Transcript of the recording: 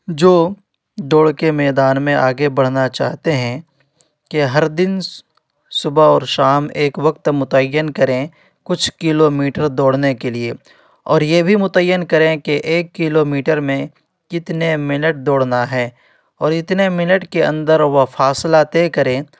جو دوڑ کے میدان میں آگے بڑھنا چاہتے ہیں کہ ہر دن صبح اور شام ایک وقت متعین کریں کچھ کلو میٹر دوڑنے کے لیے اور یہ بھی متعین کریں کہ ایک کلو میٹر میں کتنے منٹ دوڑنا ہے اور اتنے منٹ کے اندر وہ فاصلہ طے کریں